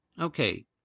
Okay